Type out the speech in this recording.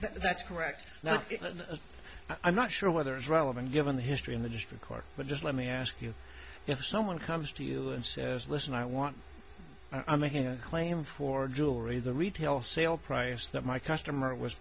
before that's correct now i'm not sure whether it's relevant given the history in the district court but just let me ask you if someone comes to you and says listen i want i'm making a claim for jewelry the retail sale price that my customer was